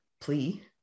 plea